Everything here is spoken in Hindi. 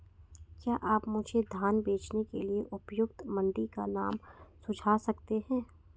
क्या आप मुझे धान बेचने के लिए उपयुक्त मंडी का नाम सूझा सकते हैं?